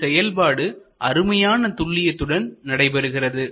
இந்த செயல்பாடு அருமையான துல்லியத்துடன் நடைபெறுகிறது